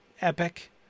epic